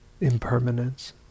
impermanence